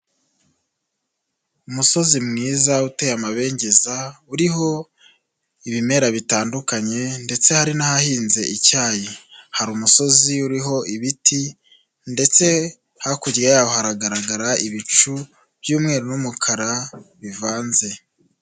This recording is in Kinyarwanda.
Umusozi mwiza uteye amabengeza uriho ibimera bitandukanye ndetse hari n'ahahinze icyayi, hari umusozi uriho ibiti ndetse hakurya y'aho haragaragara ibicu by'umweru n'umukara bivanze.